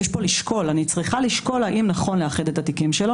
אני צריכה לשקול האם נכון לאחד את התיקים שלו.